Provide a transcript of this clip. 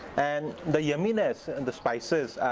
and the yumminess and the spices